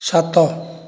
ସତ